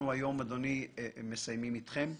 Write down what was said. אנחנו היום, אדוני, מסיימים איתכם.